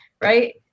right